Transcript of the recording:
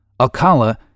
Alcala